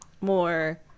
more